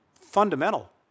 fundamental